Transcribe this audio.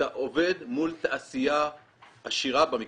אתה עובד מול תעשייה עשירה,